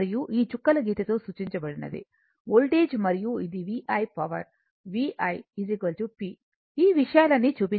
మరియు ఈ చుక్కల గీతతో సూచించబడినది వోల్టేజ్ మరియు ఇది V I power v i p ఈ విషయాలన్నీ చూపించబడ్డాయి